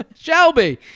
shelby